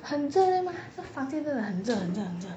很热对吗这房间真很热很热很热